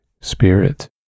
spirit